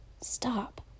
stop